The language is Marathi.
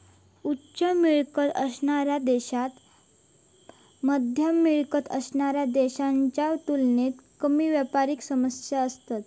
उच्च मिळकत असणाऱ्या देशांत मध्यम मिळकत असणाऱ्या देशांच्या तुलनेत कमी व्यापारी समस्या असतत